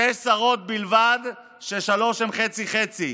שש שרות בלבד, ששלוש הן חצי-חצי,